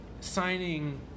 signing